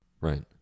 Right